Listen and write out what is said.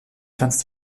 kannst